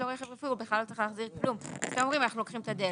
אומרים שאנחנו לוקחים את הדלתא.